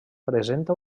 presenta